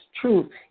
truth